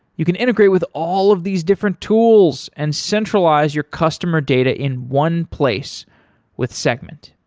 you can integrate with all of these different tools and centralize your customer data in one place with segment.